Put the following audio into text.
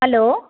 hello